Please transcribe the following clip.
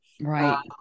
Right